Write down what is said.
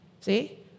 See